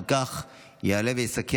חבר הכנסת עודד פורר,